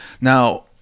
now